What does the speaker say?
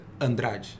Andrade